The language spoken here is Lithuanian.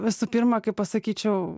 visų pirma kaip pasakyčiau